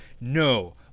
no